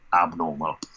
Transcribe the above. abnormal